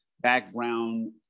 background